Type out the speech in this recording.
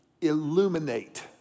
illuminate